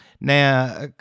now